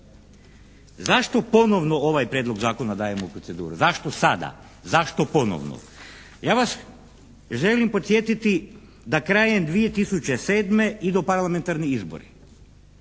Zašto ponovno ovaj Prijedlog zakona dajemo u proceduru? Zašto sada? Zašto ponovno? Ja vas želim podsjetiti da krajem 2007. idu parlamentarni izbori.